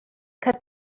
cut